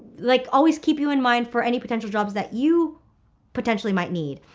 like always keep you in mind for any potential jobs that you potentially might need.